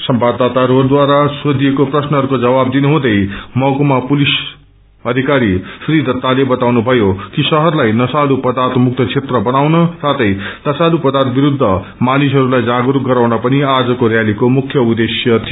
संवाददाताहरूद्वारा सोषिएका प्रश्नहरूको जवाब दिनुहुँदै महकुमा पुलिस अधिकारी श्री दत्ताले बताउनुभयो कि शहरलाई नशालु पदार्थमुक्त क्षेत्र बनाउन साथै नशालु पदार्य विरूद्ध मानिसहरूलाई जागयक गराउन पनि आजको रयालीको मुख्य उद्देश्य थियो